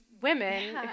women